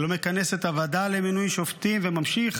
שלא מכנס את הוועדה למינוי שופטים וממשיך